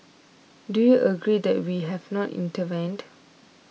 do you regret that we have not intervened